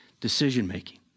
decision-making